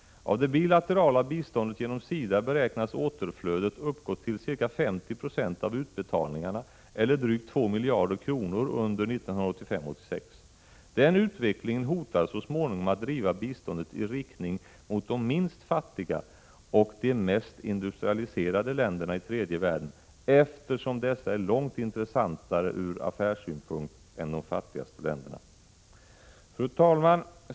Av det bilaterala biståndet genom SIDA beräknas återflödet uppgå till ca 50 26 av utbetalningarna, eller drygt 2 miljarder kronor under 1985/86. Den utvecklingen hotar så småningom att driva biståndet i riktning mot de minst fattiga och de mest industrialiserade länderna i tredje världen, eftersom dessa är långt intressantare ur affärssynpunkt än de fattigaste länderna. Fru talman!